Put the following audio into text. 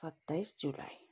सत्ताइस जुलाई